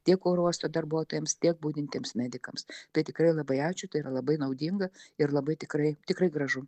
tiek oro uosto darbuotojams tiek budintiems medikams tai tikrai labai ačiū tai yra labai naudinga ir labai tikrai tikrai gražu